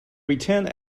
retained